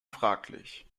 fraglich